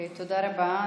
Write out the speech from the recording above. תודה רבה.